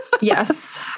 Yes